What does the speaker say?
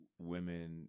Women